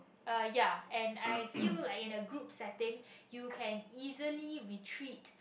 uh ya and I feel like in a group setting you can easily retreat